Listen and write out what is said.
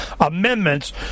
amendments